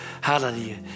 Hallelujah